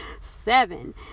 seven